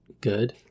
good